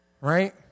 right